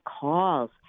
calls